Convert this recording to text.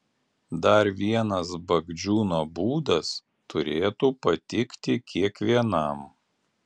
dar vienas bagdžiūno būdas turėtų patikti kiekvienam